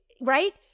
right